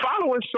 following